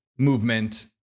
movement